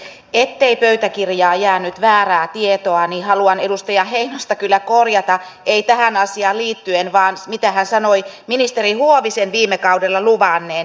ettei pöytäkirjaan jää nyt väärää tietoa haluan edustaja heinosta kyllä korjata ei tähän asiaan liittyen vaan siihen mitä hän sanoi ministeri huovisen viime kaudella luvanneen